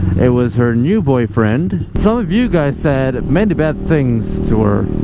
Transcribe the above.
it was her new boyfriend some of you guys said many bad things to her